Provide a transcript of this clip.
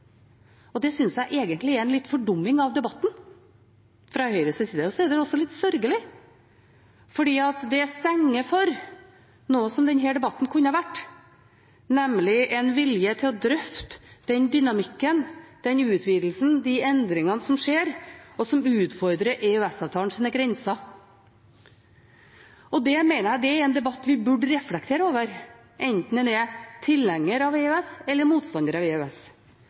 samarbeid. Det synes jeg egentlig er en fordumming av debatten fra Høyres side. Det er også litt sørgelig, for det stenger for noe denne debatten kunne vært, nemlig en vilje til å drøfte den dynamikken, den utvidelsen, de endringene som skjer, og som utfordrer EØS-avtalens grenser. Det mener jeg er en debatt en burde reflektere over, enten en er tilhenger av EØS eller motstander av EØS.